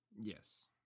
Yes